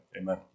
Amen